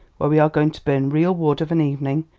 where we are going to burn real wood of an evening,